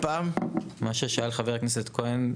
ששאל חבר הכנסת כהן,